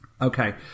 Okay